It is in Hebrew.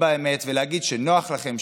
23 בעד, 62 נגד, אין נמנעים.